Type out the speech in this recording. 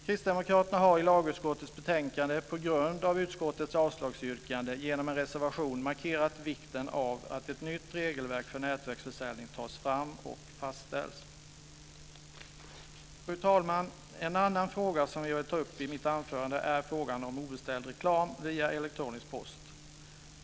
Kristdemokraterna har i lagutskottets betänkande, på grund av utskottets avslagsyrkande, genom en reservation markerat vikten av att ett nytt regelverk för nätverksförsäljning tas fram och fastställs. Fru talman! En annan fråga som jag vill ta upp i mitt anförande gäller obeställd reklam via elektronisk post.